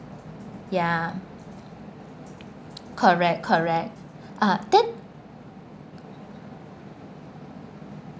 ya correct correct ah then